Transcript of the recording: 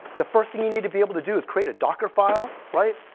the first thing you need to be able to do is create a docker file, right,